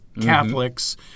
Catholics